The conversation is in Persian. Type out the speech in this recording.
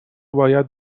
باید